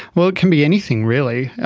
well, it can be anything really.